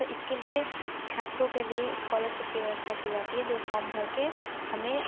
तो इसके लिए छात्रों के लिए इस्कॉलरशिप की व्यवस्था की जाती है जो फॉम भर के हमें